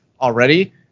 already